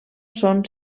són